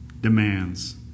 demands